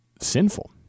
Sinful